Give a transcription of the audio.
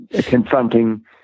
confronting